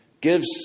gives